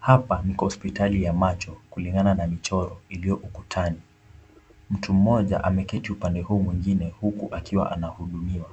Hapa ni kwa hospitali ya macho kulingana na michoro iliyo ukutani. Mtu mmoja ameketi upande huu mwengine huku akiwa anahudumiwa.